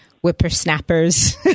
whippersnappers